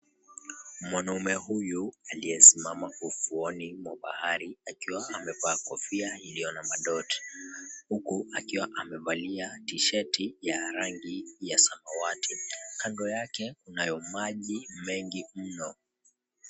Mwanaume huyu aliyesimama ufuoni mwa baharini akiwa amevaa kofia yenye rangi iliyo na madot huku akiwa amevalia tishati ya rangi ya samawati. Kando yake kunayo maji mengi mno.